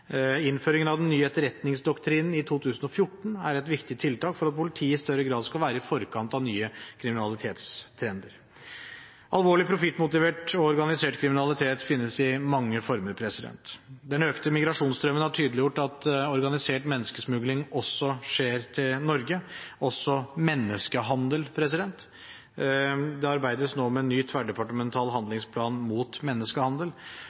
Innføringen av den nye etterretningsdoktrinen i 2014 er et viktig tiltak for at politiet i større grad skal være i forkant av nye kriminalitetstrender. Alvorlig profittmotivert og organisert kriminalitet finnes i mange former. Den økte migrasjonsstrømmen har tydeliggjort at organisert menneskesmugling også skjer til Norge, også menneskehandel. Det arbeides nå med en ny tverrdepartemental handlingsplan mot menneskehandel.